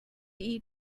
eat